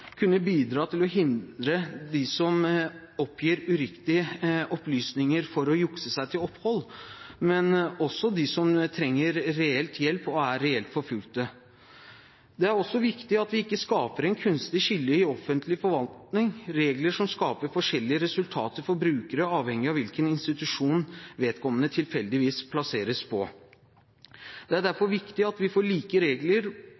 kunne bidra til å hindre dem som oppgir uriktige opplysninger for å jukse seg til opphold, men også dem som trenger reell hjelp og er reelt forfulgte. Det er også viktig at vi ikke skaper et kunstig skille i offentlig forvaltning, regler som skaper forskjellige resultater for brukere, avhengig av hvilken institusjon vedkommende tilfeldigvis plasseres på. Det er derfor viktig at vi får like regler